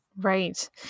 Right